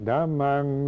Damang